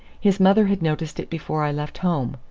his mother had noticed it before i left home,